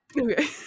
Okay